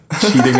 cheating